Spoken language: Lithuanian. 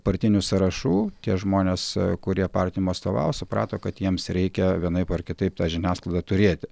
partinių sąrašų tie žmonės kurie partijom atstovaus suprato kad jiems reikia vienaip ar kitaip tą žiniasklaidą turėti